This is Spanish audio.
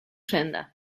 senda